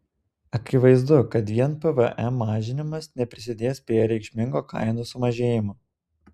akivaizdu kad vien pvm mažinimas neprisidės prie reikšmingo kainų sumažėjimo